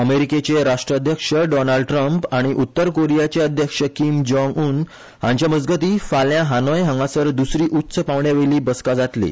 अमेरिकेचे राष्ट्राध्यक्ष Donald Trump आनी उत्तर कोरियाचे अध्यक्ष किम जोंग उन हांच्यामगती फाल्या हानोय हांगासर दसुरी उच्च पांवड्यावेली बसका जातली